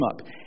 up